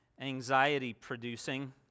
anxiety-producing